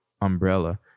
umbrella